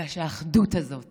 אלא שהאחדות הזאת